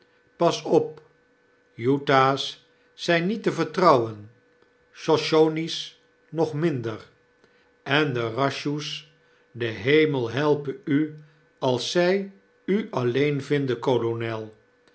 pas op iltahs zyn niet tevertrouwen shoshonies nog minder en de rapshoes de hemel helpe u als zy u alleen vinden kolonel